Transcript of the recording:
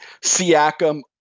Siakam